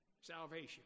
Salvation